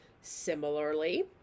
Similarly